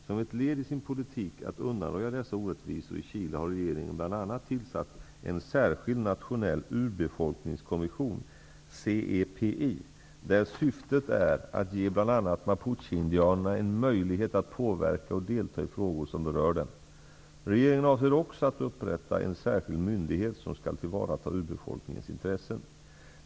Som ett led i sin politik att undanröja dessa orättvisor i Chile har regeringen bl.a. tillsatt en särskild nationell urbefolkningskommission , där syftet är att ge bl.a. mapucheindianerna en möjlighet att påverka och delta i frågor som berör dem. Regeringen avser också att upprätta en särskild myndighet som skall tillvarata urbefolkningens intressen.